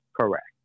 Correct